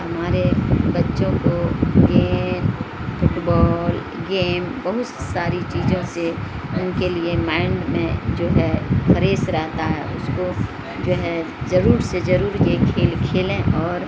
ہمارے بچوں کو گیند فٹ بال گیم بہت ساری چیزوں سے ان کے لیے مائنڈ میں جو ہے فریش رہتا ہے اس کو جو ہے ضرور سے ضرور یہ کھیل کھیلیں اور